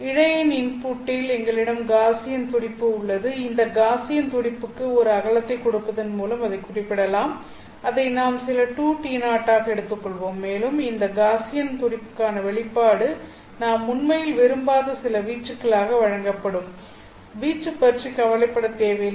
இழையின் இன்புட்டில் எங்களிடம் காஸியன் துடிப்பு உள்ளது இந்த காஸியன் துடிப்புக்கு ஒரு அகலத்தைக் கொடுப்பதன் மூலம் அதைக் குறிப்பிடலாம் அதை நாம் சில 2T0 ஆக எடுத்துக்கொள்வோம் மேலும் இந்த காஸியன் துடிப்புக்கான வெளிப்பாடு நாம் உண்மையில் விரும்பாத சில வீச்சுகளாக வழங்கப்படும் வீச்சு பற்றி கவலைப்படத் தேவையில்லை